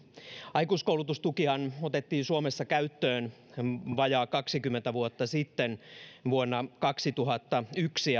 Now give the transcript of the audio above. aikuiskoulutustukihan otettiin suomessa käyttöön vajaat kaksikymmentä vuotta sitten vuonna kaksituhattayksi